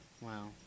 Wow